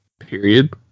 Period